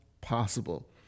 possible